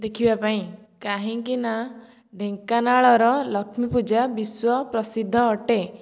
ଦେଖିବା ପାଇଁ କାହିଁକିନା ଢେଙ୍କାନାଳର ଲକ୍ଷ୍ମୀ ପୂଜା ବିଶ୍ବ ପ୍ରସିଦ୍ଧ ଅଟେ